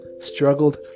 struggled